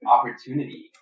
Opportunity